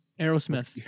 Aerosmith